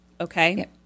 okay